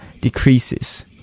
decreases